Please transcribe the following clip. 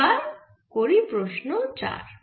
এবার প্রশ্ন চার